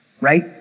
Right